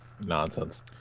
Nonsense